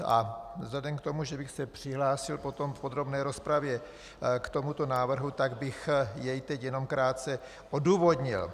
A vzhledem k tomu, že bych se přihlásil potom v podrobné rozpravě k tomuto návrhu, tak bych jej teď jenom krátce odůvodnil.